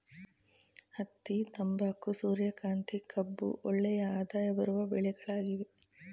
ಹತ್ತಿ, ತಂಬಾಕು, ಸೂರ್ಯಕಾಂತಿ, ಕಬ್ಬು ಒಳ್ಳೆಯ ಆದಾಯ ಬರುವ ಬೆಳೆಗಳಾಗಿವೆ